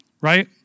right